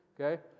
Okay